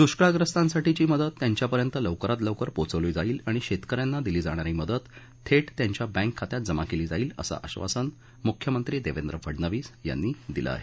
दुष्काळाग्रस्तांसाठीची मदत त्यांच्यापर्यंत लवकरात लवकर पोहोचवली जाईल आणि शेतक यांना दिली जाणारी मदत थेट त्यांच्या बँकखात्यात जमा केली जाईल असं आश्वासन मुख्यमंत्री देवेंद्र फडनवीस यांनी दिलं आहे